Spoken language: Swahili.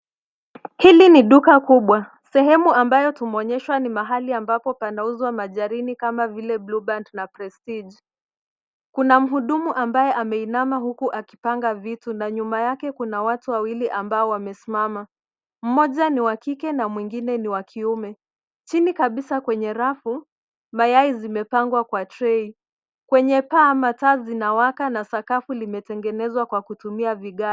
Hili ni duka kubwa. Sehemu ambayo tumonyeshwa ni mahali ambapo pana uzwa majarini kama vile blue band na prestige. Kuna mhudumu ambaye ameinama huku akipanga vitu na nyuma yake kuna watu awili ambao wamesimama. Mmoja ni wakike na mwingine ni wakiume. Chini kabisa kwenye rafu, mayai zimepangwa kwa trei. Kwenye paa ma taa zinawaka na sakafu limetengenezwa kwa kutumia vigae.